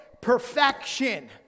perfection